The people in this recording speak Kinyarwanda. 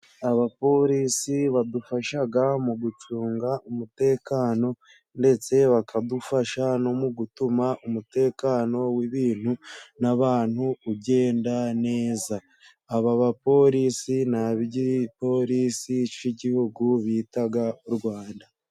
Abaporisi badufasha mu gucunga umutekano, ndetse bakadufasha no mu gutuma umutekano w'ibintu n'abantu ugenda neza. Aba baporisi ni ab'igiporisi k'igihugu bita u Rwanda.